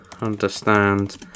understand